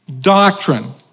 doctrine